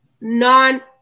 non